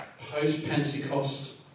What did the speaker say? post-Pentecost